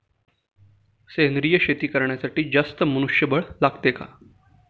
सेंद्रिय शेती करण्यासाठी जास्त मनुष्यबळ लागते का?